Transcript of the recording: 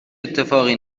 اتفاقی